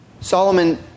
Solomon